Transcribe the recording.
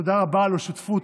תודה רבה על השותפות,